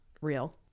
real